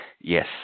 Yes